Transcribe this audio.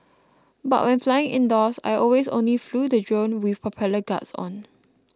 but when flying indoors I always only flew the drone with propeller guards on